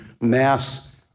mass